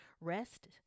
Rest